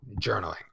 journaling